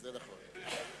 זה נכון.